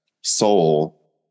soul